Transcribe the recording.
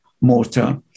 mortar